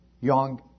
young